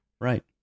Right